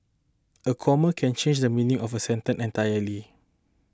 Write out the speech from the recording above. a comma can change the meaning of a sentence entirely